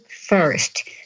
first